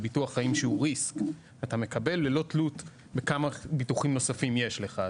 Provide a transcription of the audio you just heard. בביטוח חיים שהוא ריסק אתה מקבל ללא תלות בכמה ביטוחים נוספים יש לך,